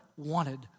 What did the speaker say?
wanted